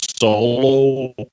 solo